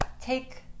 take